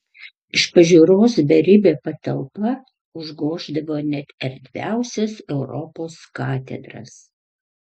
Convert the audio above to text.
iš pažiūros beribė patalpa užgoždavo net erdviausias europos katedras